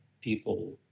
people